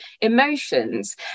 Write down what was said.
emotions